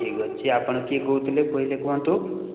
ଠିକ୍ ଅଛି ଆପଣ କିଏ କହୁଥିଲେ କହିଲେ କୁହନ୍ତୁ